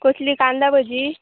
कसलीं कांदा भाजी